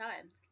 times